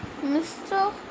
Mr